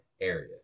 area